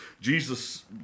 Jesus